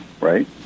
right